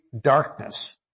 darkness